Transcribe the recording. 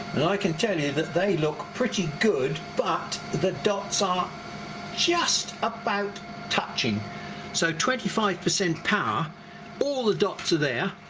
and i can tell you that they look pretty good but the dots are just about touching so twenty five percent power all the dots are there,